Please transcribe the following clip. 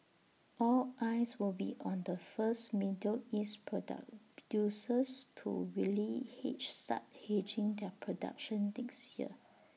all eyes will be on the first middle east product producers to really hedge start hedging their production next year